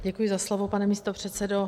Děkuji za slovo, pane místopředsedo.